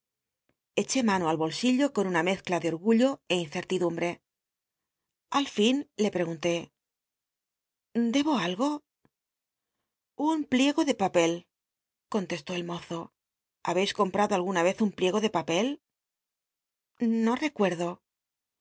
eché mano al bolsillo con una mezcla de orgullo é incertidumbre al fin le pregunté debo algo un pliego de papel contestó el mozo habcis comprado alguna vez un pliego de papel no i'ccuerdo el